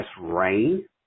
rain